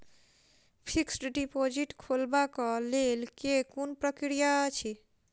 Fixed deposit खोलबाक लेल केँ कुन प्रक्रिया अछि?